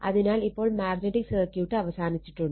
അതിനാൽ ഇപ്പോൾ magnetic circuit അവസാനിച്ചിട്ടുണ്ട്